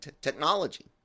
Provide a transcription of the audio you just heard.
technology